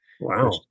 Wow